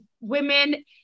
women